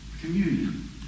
communion